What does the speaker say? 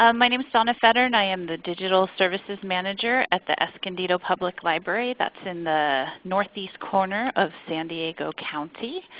um my name is donna feddern, i am the digital service manager at the escondido public library. that's in the northeast corner of san diego county.